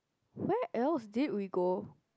where else did we go